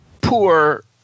poor